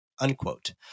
unquote